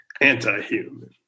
anti-human